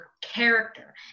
character